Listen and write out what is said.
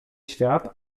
świat